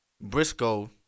Briscoe